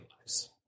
lives